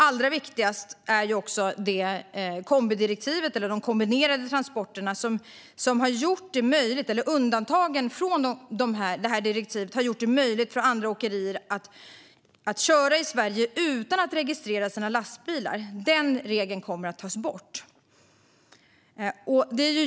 Allra viktigast är kanske undantaget för kombinerade transporter, som har gjort det möjligt för åkerier från andra länder att köra i Sverige utan att registrera sina lastbilar. Den regeln kommer att tas bort.